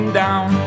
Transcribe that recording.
down